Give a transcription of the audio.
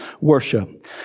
worship